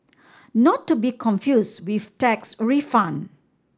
not to be confused with tax refund